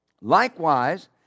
likewise